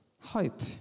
Hope